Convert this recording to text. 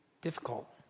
difficult